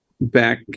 back